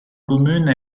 commune